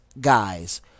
guys